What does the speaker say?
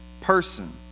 person